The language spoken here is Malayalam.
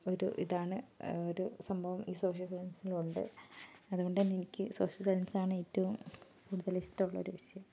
ഒരു ഇതാണ് ഒരു സംഭവം ഈ സോഷ്യൽ സയൻസിലുണ്ട് അതുകൊണ്ട് തന്നെ എനിക്ക് സോഷ്യൽ സയൻസ് ആണ് ഏറ്റവും കൂടുതൽ ഇഷ്ടമുള്ളൊരു വിഷയം